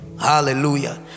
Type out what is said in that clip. hallelujah